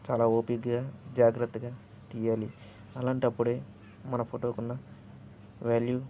చాలా ఓపిగ్గా జాగ్రత్తగా తీయాలి అలాంటప్పుడే మన ఫోటోకు ఉన్న వ్యాల్యూ